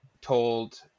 told